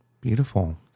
Beautiful